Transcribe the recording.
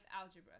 algebra